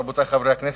רבותי חברי הכנסת,